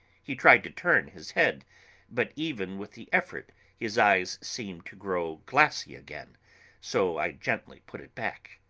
he tried to turn his head but even with the effort his eyes seemed to grow glassy again so i gently put it back.